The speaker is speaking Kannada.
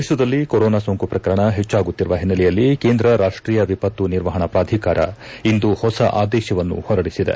ದೇಶದಲ್ಲಿ ಕೊರೋನಾ ಸೋಂಕು ಪ್ರಕರಣ ಹೆಚ್ಚಾಗುತ್ತಿರುವ ಹಿನ್ನೆಲೆಯಲ್ಲಿ ಕೇಂದ್ರ ರಾಷ್ಟೀಯ ವಿಪತ್ತು ನಿರ್ವಹಣಾ ಪ್ರಾಧಿಕಾರ ಇಂದು ಹೊಸ ಆದೇಶವನ್ನು ಹೊರಡಿಸಿದೆ